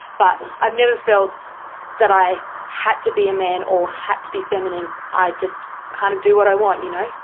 but i've never felt that i had to be a man or had to be feminine, i just kind of do what i want, you know?